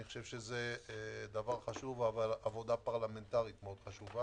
אני חושב שזה חשוב, עבודה פרלמנטרית חשובה.